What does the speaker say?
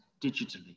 digitally